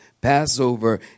Passover